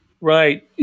Right